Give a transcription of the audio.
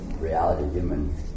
reality-human